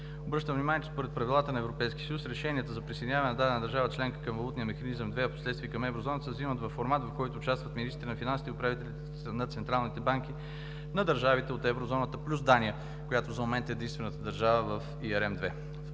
Обръщам внимание, че според правилата на Европейски съюз решенията за присъединяване на дадена държава членка към Валутен механизъм II, а впоследствие към Еврозоната се взимат във формата, в който участват министърът на финансите и управителите на централните банки на държавите от Еврозоната плюс Дания, която в момента е единствената държава в ERM II.